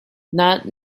not